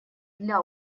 для